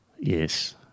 Yes